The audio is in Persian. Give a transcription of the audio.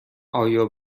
آیا